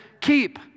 Keep